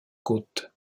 côte